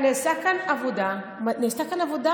נעשתה כאן עבודה מדהימה.